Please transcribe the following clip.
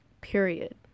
period